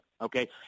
Okay